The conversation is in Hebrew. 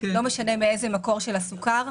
לא משנה מאיזה מקור של סוכר,